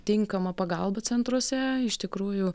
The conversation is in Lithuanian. tinkama pagalba centruose iš tikrųjų